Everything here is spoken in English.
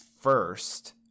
first